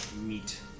meat